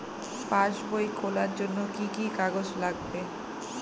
পাসবই খোলার জন্য কি কি কাগজ লাগবে?